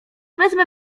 wezmę